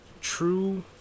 true